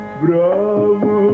bravo